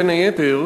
בין היתר,